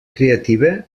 creativa